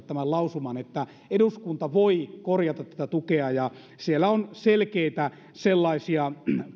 tämän lausuman että eduskunta voi korjata tätä tukea siellä on sellaisia selkeitä